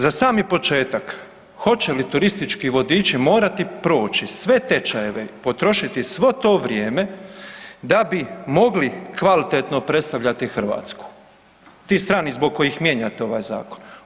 Za sami početak, hoće li turistički vodiči morati proći sve tečajeve, potrošiti svo to vrijeme da bi mogli kvalitetno predstavljati Hrvatsku, ti strani, zbog kojih mijenjate ovaj zakon?